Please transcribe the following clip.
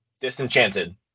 Disenchanted